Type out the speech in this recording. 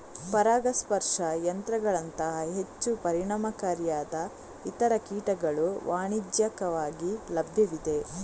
ಪರಾಗಸ್ಪರ್ಶ ಯಂತ್ರಗಳಂತಹ ಹೆಚ್ಚು ಪರಿಣಾಮಕಾರಿಯಾದ ಇತರ ಕೀಟಗಳು ವಾಣಿಜ್ಯಿಕವಾಗಿ ಲಭ್ಯವಿವೆ